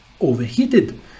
overheated